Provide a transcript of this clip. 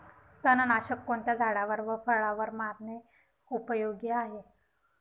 तणनाशक कोणकोणत्या झाडावर व फळावर मारणे उपयोगी आहे?